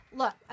look